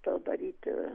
to daryti